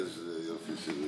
אני.